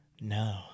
no